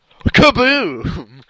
Kaboom